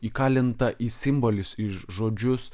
įkalinta į simbolius į žodžius